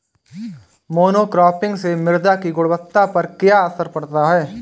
Monocropping से मृदा की गुणवत्ता पर क्या असर पड़ता है?